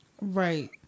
Right